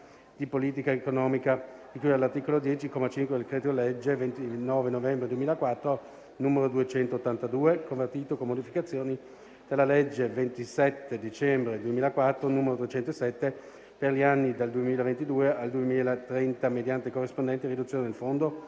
di politica economica, di cui all'articolo 10, comma 5, del decreto-legge 29 novembre 2004, n. 282, convertito, con modificazioni, dalla legge 27 dicembre 2004, n. 307, e per gli anni dal 2022 al 2030 mediante corrispondente riduzione del Fondo